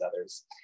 others